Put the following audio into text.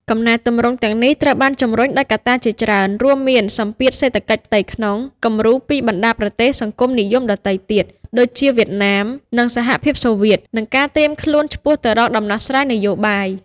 កំណែទម្រង់ទាំងនេះត្រូវបានជំរុញដោយកត្តាជាច្រើន រួមមានសម្ពាធសេដ្ឋកិច្ចផ្ទៃក្នុង គំរូពីបណ្ដាប្រទេសសង្គមនិយមដទៃទៀត ដូចជាវៀតណាម និងសហភាពសូវៀត និងការត្រៀមខ្លួនឆ្ពោះទៅរកដំណោះស្រាយនយោបាយ ។